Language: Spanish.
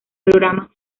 programa